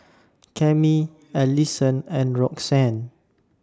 Cammie Allisson and Roxann